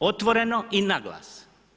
otvoreno i na glas.